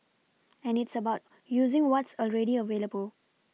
and it's about using what's already available